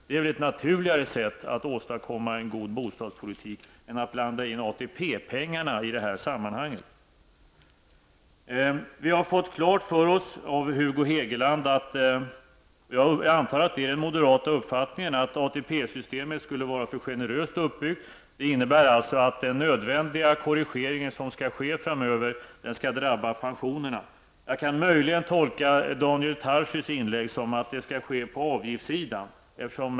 Det är ett naturligare sätt att åstadkomma en god bostadspolitik än att blanda in ATP-pengarna i sammanhanget. Av Hugo Hegeland har vi fått klart för oss -- och jag antar att det är den moderata uppfattningen -- att ATP-systemet är för generöst uppbyggt. Det innebär alltså att den nödvändiga korrigering som skall ske framöver kommer att drabba pensionerna. Jag kan möjligen tolka Daniel Tarschys inlägg så att det skall ske på avgiftssidan.